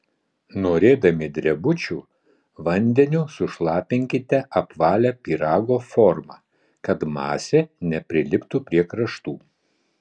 norėdami drebučių vandeniu sušlapinkite apvalią pyrago formą kad masė nepriliptų prie kraštų